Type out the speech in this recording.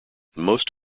most